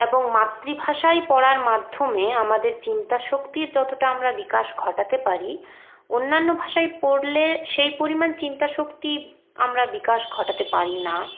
এবং মাতৃভাষায় পড়ার মাধ্যমে আমাদের চিন্তা শক্তির যতটা আমরা বিকাশ ঘটাতে পারি অন্যান্য ভাষায় পড়লে সেই পরিমাণ চিন্তা শক্তির আমরা বিকাশ ঘটাতে পারি না